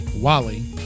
Wally